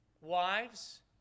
Wives